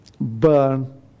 burn